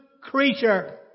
creature